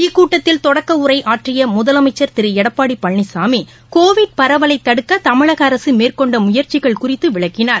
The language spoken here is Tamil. இக்கூட்டத்தில் தொடக்க உரை ஆற்றிய முதலமைச்சர் திரு எடப்பாடி பழனிசாமி கோவிட் பரவலை தடுக்க தமிழக அரசு மேற்கொண்ட முயற்சிகள் குறித்து விளக்கினார்